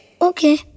Okay